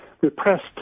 repressed